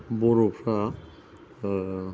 बर'फ्रा